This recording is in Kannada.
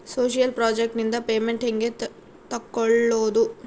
ಸೋಶಿಯಲ್ ಪ್ರಾಜೆಕ್ಟ್ ನಿಂದ ಪೇಮೆಂಟ್ ಹೆಂಗೆ ತಕ್ಕೊಳ್ಳದು?